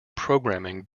programming